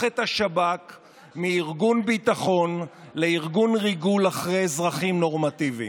את השב"כ מארגון ביטחון לארגון ריגול אחרי אזרחים נורמטיביים.